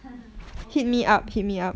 ha ha okay